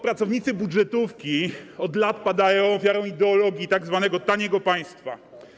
Pracownicy budżetówki od lat padają ofiarą ideologii tzw. taniego państwa.